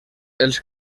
els